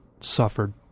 suffered